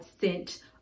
sent